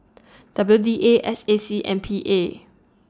W D A S A C and P A